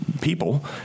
people